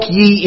ye